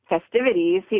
festivities